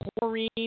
chlorine